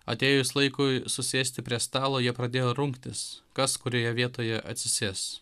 atėjus laikui susėsti prie stalo jie pradėjo rungtis kas kurioje vietoje atsisės